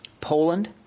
Poland